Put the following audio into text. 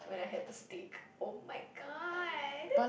when I had the steak [oh]-my-god